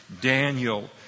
Daniel